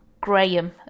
Graham